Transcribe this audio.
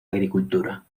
agricultura